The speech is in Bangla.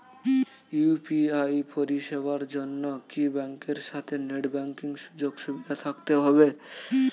ইউ.পি.আই পরিষেবার জন্য কি ব্যাংকের সাথে নেট ব্যাঙ্কিং সুযোগ সুবিধা থাকতে হবে?